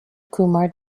kumar